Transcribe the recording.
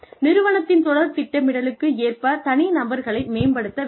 நிறுவனத்தின் தொடர் திட்டமிடலுக்கு ஏற்ப தனிநபர்களை மேம்படுத்த வேண்டும்